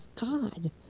God